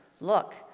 Look